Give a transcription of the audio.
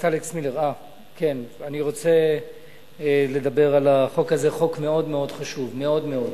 אני רוצה לדבר על החוק, חוק מאוד חשוב, מאוד מאוד.